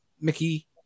Mickey